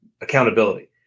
accountability